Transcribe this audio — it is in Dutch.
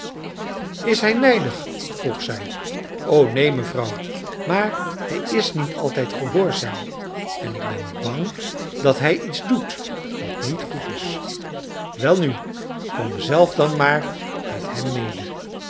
is hij nijdig vroeg zij o neen mevrouw maar hij is niet altijd gehoorzaam en ik ben bang dat hij iets doet wat niet goed is welnu kom zelf dan maar met hem mede